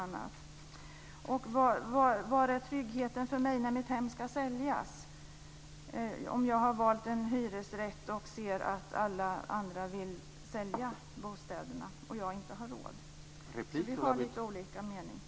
Var är tryggheten för mig när mitt hem ska säljas, och om jag har valt en hyresrätt och ser att alla andra vill sälja bostäder, och jag inte har råd? Vi har lite olika mening.